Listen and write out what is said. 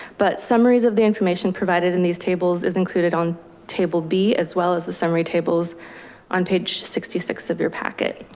but summaries of the information provided in these tables is included on table b as well as the summary tables on page sixty six of your packet.